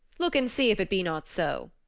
look and see if it be not so.